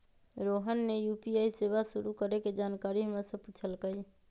रोहन ने यू.पी.आई सेवा शुरू करे के जानकारी हमरा से पूछल कई